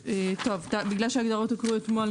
בגלל שההגדרות הוקראו אתמול,